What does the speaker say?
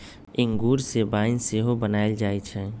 इंगूर से वाइन सेहो बनायल जाइ छइ